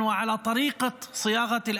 תודה רבה,